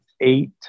eight